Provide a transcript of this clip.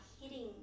hitting